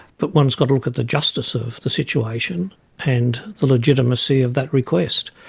but one's got to look at the justice of the situation and the legitimacy of that request.